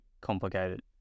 complicated